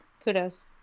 kudos